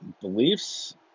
beliefs